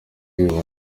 ubu